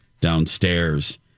downstairs